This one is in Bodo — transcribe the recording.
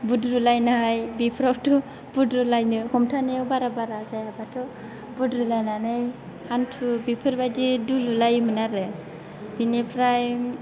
बुद्रुलायनाय बेफोरावथ' बुद्रुलायनो हमथानायाव बारा बारा जायाबाथ' बुद्रुलायनानै हान्थु बेफोरबायदि दुलुलायोमोन आरो बिनिफ्राय